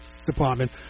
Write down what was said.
department